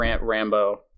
rambo